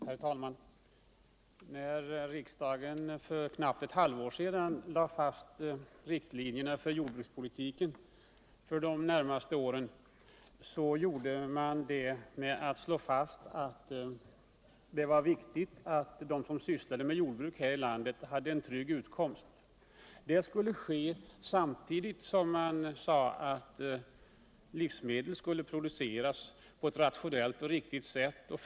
Herr talman! När riksdagen för knappt ett halvår sedan lade fast riktlinjerna för jordbrukspolitiken för de närmaste åren. konstaterade man att det var viktigt att de som sysslade med jordbruk här i landet hade en trygg utkomst. Det skulle ske samtidigt som livsmedel skulle produceras rationellt och på ett riktigt sätt.